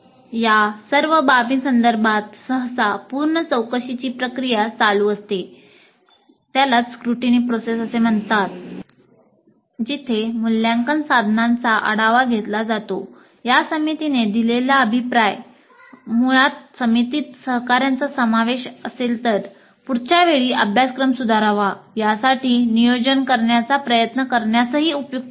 या सर्व बाबींसंदर्भात सहसा पूर्ण चौकशीची प्रक्रिया पुढच्या वेळी अभ्यासक्रम सुधारावा यासाठी नियोजन करण्याचा प्रयत्न करण्यासही उपयुक्त ठरेल